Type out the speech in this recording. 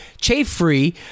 chafe-free